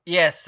Yes